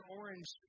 orange